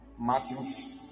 Matthew